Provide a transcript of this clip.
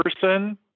person